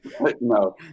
no